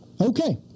Okay